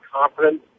confidence